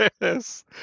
Yes